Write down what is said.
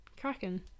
Kraken